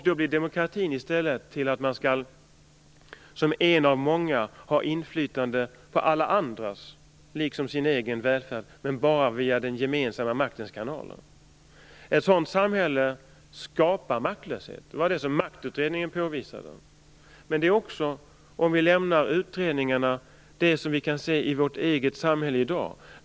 Då blir demokratins innehåll i stället att man skall som en av många ha inflytande över alla andras liksom sin egen välfärd, men bara via den gemensamma maktens kanaler. Ett sådant samhälle skapar maktlöshet. Det är vad Maktutredningen påvisade. Men låt oss lämna utredningarna och se på det vi kan se i vårt eget samhälle i dag.